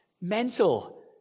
Mental